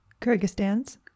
Kyrgyzstan's